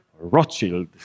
Rothschild